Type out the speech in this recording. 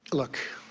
look,